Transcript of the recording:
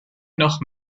noch